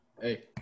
Hey